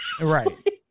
Right